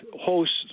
hosts